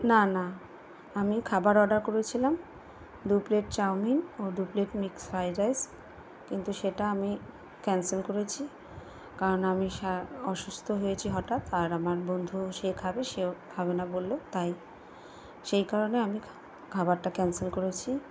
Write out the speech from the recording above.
না না আমি খাবার অর্ডার করেছিলাম দু প্লেট চাউমিন ও দু প্লেট মিক্স ফ্রাইড রাইস কিন্তু সেটা আমি ক্যান্সেল করেছি কারণ আমি সা অসুস্থ হয়েছি হঠাৎ আর আমার বন্ধুও সে খাবে সেও খাবে না বললো তাই সেই কারণে আমি খা খাবারটা ক্যান্সেল করেছি